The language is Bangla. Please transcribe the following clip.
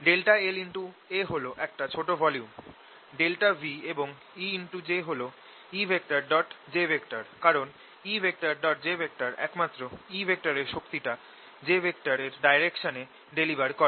∆la হল একটা ছোট ভলিউম ∆v এবং Ej হল E j কারণ E j একমাত্র E র শক্তিটা j ডাইরেকসনে ডেলিভার করে